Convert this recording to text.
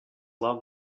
love